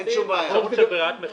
אין סעיף (ג)